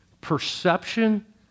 Perception